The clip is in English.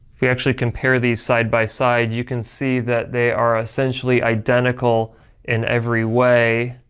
we actually compare these side by side, you can see that they are essentially identical in every way,